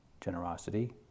generosity